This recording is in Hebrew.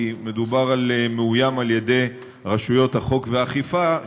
כי מדובר על מאוים על ידי רשויות החוק והאכיפה,